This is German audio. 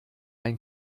ein